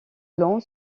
long